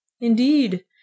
Indeed